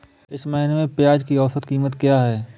इस महीने में प्याज की औसत कीमत क्या है?